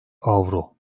avro